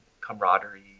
camaraderie